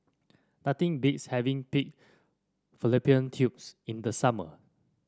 nothing beats having Pig Fallopian Tubes in the summer